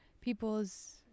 people's